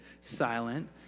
silent